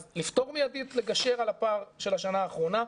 אז לפתור מיידית, לגשר על הפער של השנה האחרונה,